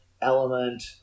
element